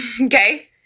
Okay